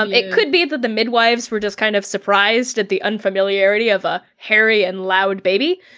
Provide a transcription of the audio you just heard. um it could be that the midwives were just kind of surprised at the unfamiliarity of a hairy and loud baby.